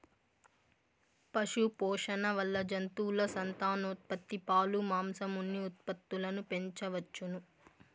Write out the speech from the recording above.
పశుపోషణ వల్ల జంతువుల సంతానోత్పత్తి, పాలు, మాంసం, ఉన్ని ఉత్పత్తులను పెంచవచ్చును